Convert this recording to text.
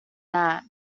that